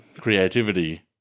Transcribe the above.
creativity